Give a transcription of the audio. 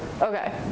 Okay